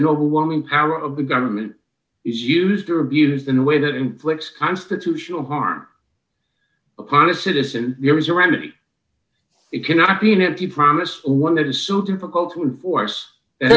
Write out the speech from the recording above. and overwhelming power of the government is used or abused in a way that inflicts constitutional harm upon a citizen there is a remedy it cannot be an empty promise or one that is so difficult to enforce